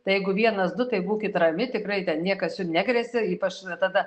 tai jeigu vienas du tai būkit rami tikrai ten niekas jum negresia ypač na tada